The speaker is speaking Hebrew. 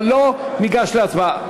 ולא, ניגש להצבעה.